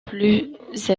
plus